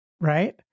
right